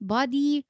Body